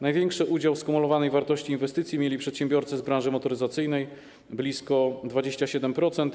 Największy udział w skumulowanej wartości inwestycji mieli przedsiębiorcy z branży motoryzacyjnej - blisko 27%.